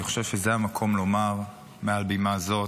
אני חושב שזה המקום לומר מעל במה זאת